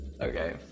Okay